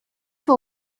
for